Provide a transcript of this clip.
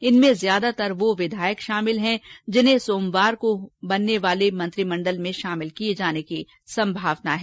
इनमें ज्यादातर वो विधायक शामिल हैं जिन्हें सोमवार को बनने वाले मंत्रिमण्डल में शामिल किये जाने की संभावना है